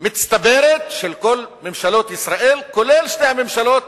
מצטברת של כל ממשלות ישראל, כולל שתי הממשלות